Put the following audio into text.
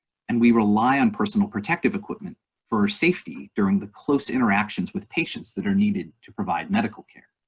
and we rely on personal protective equipment for our safety during the close interactions with patients that are needed to provide medical care.